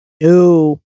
no